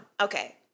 Okay